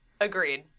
Agreed